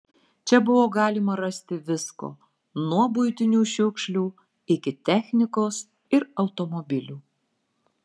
čia buvo galima rasti visko nuo buitinių šiukšlių iki technikos ir automobilių